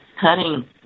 cutting